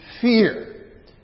fear